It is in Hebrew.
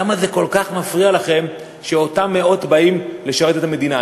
למה זה כל כך מפריע לכם שאותם מאות באים לשרת את המדינה?